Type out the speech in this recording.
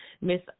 Miss